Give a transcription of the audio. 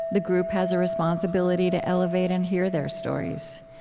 the group has a responsibility to elevate and hear their stories.